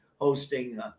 hosting